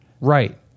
Right